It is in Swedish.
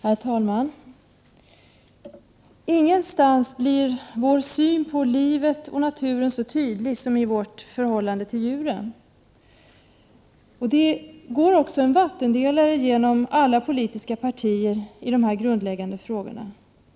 Herr talman! Ingenstans blir vår syn på livet och naturen så tydlig som i vårt förhållande till djuren. Det går också en vattendelare genom alla politiska partier i dessa grundläggande frågor.